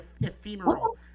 ephemeral